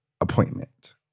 appointment